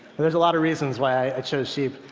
and there's a lot of reasons why i chose sheep.